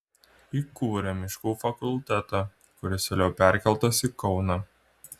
įkūrė miškų fakultetą kuris vėliau perkeltas į kauną